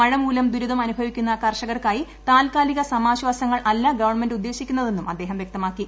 മഴ മൂലം ദുരിതം അനുഭവിക്കുന്ന കർഷകർക്കായി താൽക്കാലിക സമാശ്വാസങ്ങൾ അല്ല ഗവൺമെന്റ് ഉദ്ദേശിക്കുന്നതെന്നും അദ്ദേഹം വൃക്തമാക്കി